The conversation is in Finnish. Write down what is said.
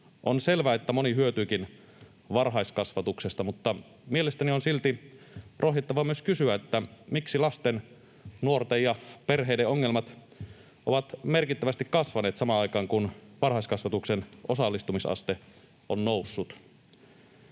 On selvää, että moni hyötyykin varhaiskasvatuksesta, mutta mielestäni on silti rohjettava myös kysyä, miksi lasten, nuorten ja perheiden ongelmat ovat merkittävästi kasvaneet samaan aikaan, kun varhaiskasvatuksen osallistumisaste on noussut.